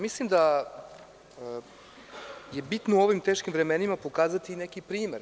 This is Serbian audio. Mislim da je bitno u ovim teškim vremenima pokazati i neki primer.